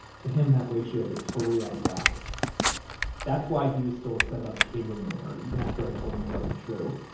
to him, that ratio is totally out of whack that's why he was still upset about the kabrahm rumor, even after i told him it wasn't true.